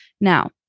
Now